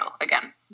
again